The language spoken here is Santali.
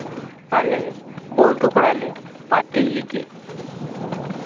ᱟᱞᱮ ᱵᱚᱱᱫᱷᱩ ᱠᱚᱲᱟᱞᱮ ᱯᱟᱨᱴᱤ ᱞᱟᱹᱜᱤᱫ